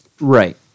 Right